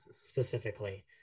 specifically